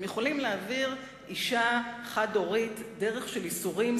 הם מסוגלים להעביר אם חד-הורית דרך של ייסורים,